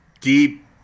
deep